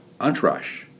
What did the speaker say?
entourage